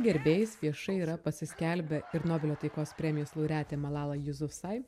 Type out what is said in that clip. gerbėjais viešai yra pasiskelbę ir nobelio taikos premijos laureatė malala juzusai